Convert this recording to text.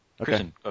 Okay